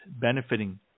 benefiting